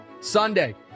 Sunday